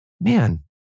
man